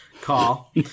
call